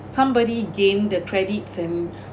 somebody gain the credits and